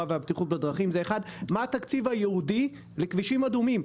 והבטיחות בדרכים זה מה התקציב הייעודי לכבישים אדומים.